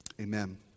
Amen